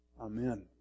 Amen